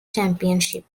championship